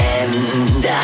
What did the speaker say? end